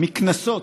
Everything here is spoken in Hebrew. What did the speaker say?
שמגיעים מקנסות,